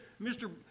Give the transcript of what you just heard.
Mr